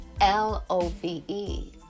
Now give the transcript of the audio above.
L-O-V-E